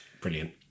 Brilliant